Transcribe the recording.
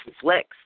Flex